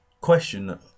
question